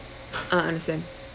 ah understand